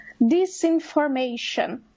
disinformation